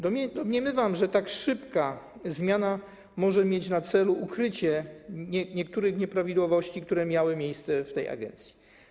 Domniemam, że tak szybka zmiana może mieć na celu ukrycie niektórych nieprawidłowości, które miały miejsce w tej agencji.